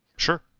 sure.